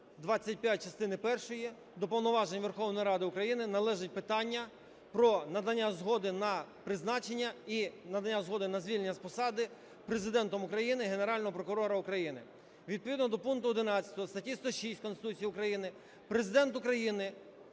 25 частини першої до повноважень Верховної Ради України належить питання про надання згоди на призначення і надання згоди на звільнення з посади Президентом України Генерального прокурора України. Відповідно до пункту 11 статті 106 Конституції України Президент України